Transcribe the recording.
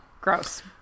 gross